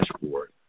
dashboard